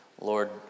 Lord